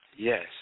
Yes